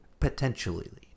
Potentially